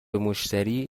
مشتری